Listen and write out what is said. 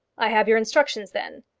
i have your instructions, then?